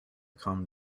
come